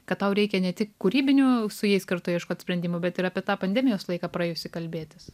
kad tau reikia ne tik kūrybinių su jais kartu ieškot sprendimų bet ir apie tą pandemijos laiką praėjusį kalbėtis